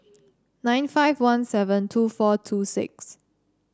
nine five one seven two four two six